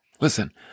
Listen